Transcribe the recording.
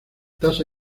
tasa